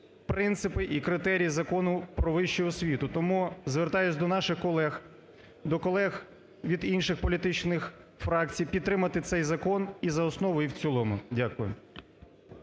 принципи і критерії Закону "Про вищу освіту". Тому звертаюся до наших колег, до колег від інших політичних фракцій, підтримати цей закон і за основу, і в цілому. Дякую.